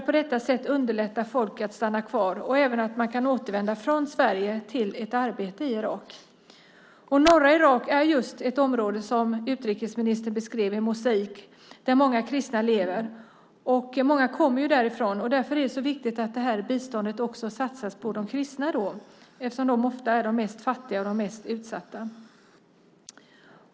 På detta sätt underlättar man för folk att stanna kvar. Man kan även återvända från Sverige till ett arbete i Irak. Norra Irak är just ett område som utrikesministern beskrev som en mosaik och där många kristna lever. Många kommer därifrån. Därför är det så viktigt att det här biståndet också satsas på de kristna. De är ofta de fattigaste och mest utsatta.